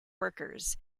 workers